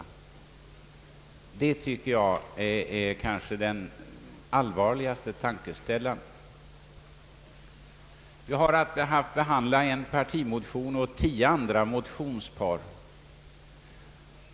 Det tycker jag är en allvarlig tankeställare. Utskottet har haft att behandla en partimotion och tio andra motionspar.